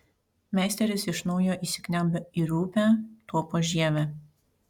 meisteris iš naujo įsikniaubia į rupią tuopos žievę